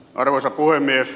arvoisa puhemies